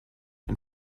and